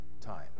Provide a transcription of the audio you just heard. time